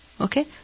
Okay